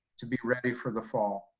to be ready for the fall.